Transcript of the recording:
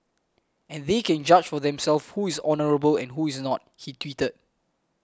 and they can judge for themselves who is honourable and who is not he tweeted